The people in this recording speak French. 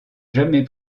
jamais